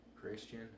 Christian